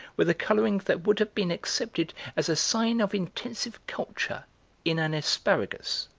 with a colouring that would have been accepted as a sign of intensive culture in an asparagus,